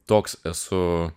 toks esu